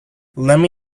lemme